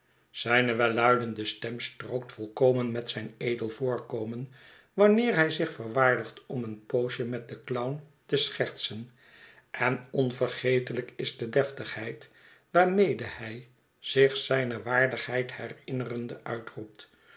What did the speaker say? zijne welluidende stem strookt volkomen met zijn edel voorkomen wanneer hij zich verwaardigt om een poosje met den clown te schertsen en onvergetelijk is de deftigheid waarmede hij zich zijne waardigheid herinnerende uitroept